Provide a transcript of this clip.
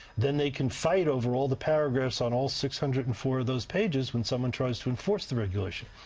then they can fight over all of the paragraphs on all six hundred and four of those pages when someone tries to enforce the regulation.